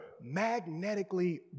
magnetically